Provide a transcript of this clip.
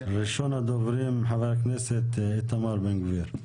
ראשון הדוברים, חבר הכנסת איתמר בן גביר.